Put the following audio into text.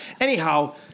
anyhow